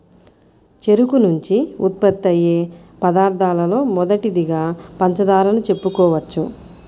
చెరుకు నుంచి ఉత్పత్తయ్యే పదార్థాలలో మొదటిదిగా పంచదారను చెప్పుకోవచ్చు